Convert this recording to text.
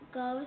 go